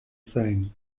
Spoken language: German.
sein